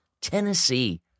Tennessee